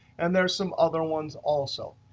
and there are some other ones also.